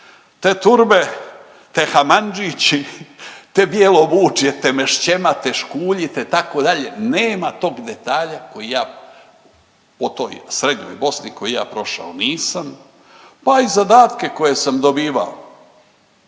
te turbe, te hamandžići, te bijelo vučje, te meščema, te škulji, te itd. Nema tog detalja koji ja po srednjoj Bosni koji ja prošao nisam, pa i zadatke koje sam dobivao.